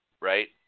right